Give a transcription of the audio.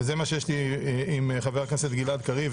וזה מה שיש לי עם חבר הכנסת גלעד קריב,